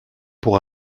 pour